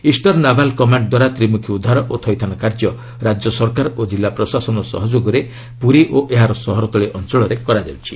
eastern naval command ଦ୍ୱାରା ତ୍ରିମୁଖୀ ଉଦ୍ଧାର ଓ ଥଇଥାନ କାର୍ଯ୍ୟ ରାଜ୍ୟ ସରକାର ଓ କିଲ୍ଲା ପ୍ରଶାସନ ସହଯୋଗରେ ପୁରୀ ଓ ଏହାର ସହରତଳି ଅଞ୍ଚଳରେ କରାଯାଉଛି